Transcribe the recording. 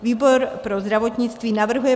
Výbor pro zdravotnictví navrhuje